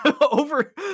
over